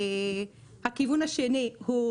הכיוון השני הוא